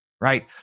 right